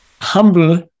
Humble